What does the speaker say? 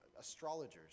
astrologers